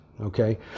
okay